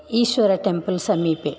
ईश्वर टेम्पल् समीपे